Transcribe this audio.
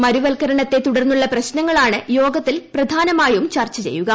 മരുവൽക്കരണത്തെ തുടർന്നുള്ള പ്രശ്നങ്ങളാണ് യോഗത്തിൽ പ്രധാനമായും ചർച്ച ചെയ്യുക